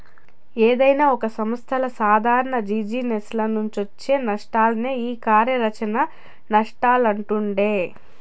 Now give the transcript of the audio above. ఏదైనా ఒక సంస్థల సాదారణ జిజినెస్ల నుంచొచ్చే నష్టాలనే ఈ కార్యాచరణ నష్టాలంటుండె